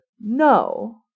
No